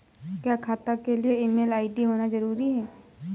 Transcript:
क्या खाता के लिए ईमेल आई.डी होना जरूरी है?